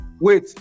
wait